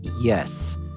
yes